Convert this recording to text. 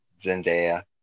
Zendaya